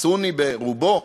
סוני ברובו,